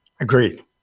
Agreed